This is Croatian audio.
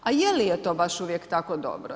A je li je to baš uvijek tako dobro?